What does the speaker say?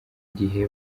gihe